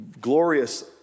glorious